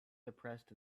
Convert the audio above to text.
depressed